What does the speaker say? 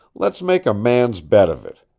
let's make a man's bet of it.